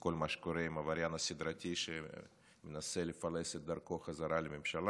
כל מה שקורה עם העבריין הסדרתי שמנסה לפלס את דרכו חזרה לממשלה,